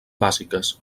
bàsiques